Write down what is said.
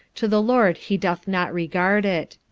to the lord he doth not regard it.